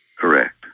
Correct